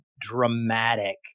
dramatic